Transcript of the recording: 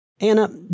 Anna